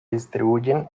distribuyen